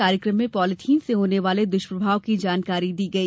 कार्यक्रम में पॉलिथिन से होने वाले दुष्प्रभाव की जानकारी दी गई